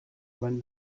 when